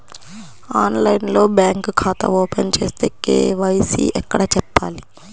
ఆన్లైన్లో బ్యాంకు ఖాతా ఓపెన్ చేస్తే, కే.వై.సి ఎక్కడ చెప్పాలి?